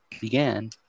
began